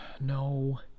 No